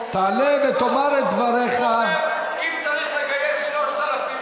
אדוני היושב-ראש,